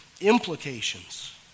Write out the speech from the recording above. implications